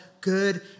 good